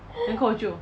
then 过后就